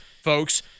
folks